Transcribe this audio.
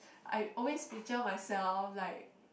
I always picture myself like